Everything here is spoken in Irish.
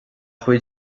bhfuil